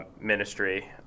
ministry